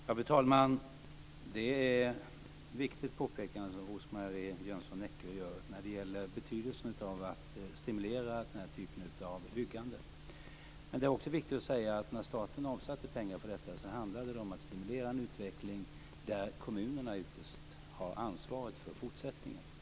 Fru talman! Det är ett viktigt påpekande som RosMarie Jönsson Neckö gör om betydelsen av att stimulera den här typen av byggande. När staten avsatte pengar för detta handlade det om att stimulera en utveckling där kommunerna ytterst har ansvaret för fortsättningen.